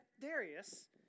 Darius